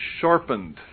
sharpened